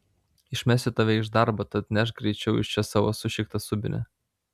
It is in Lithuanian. išmesiu tave iš darbo tad nešk greičiau iš čia savo sušiktą subinę